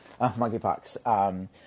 Monkeypox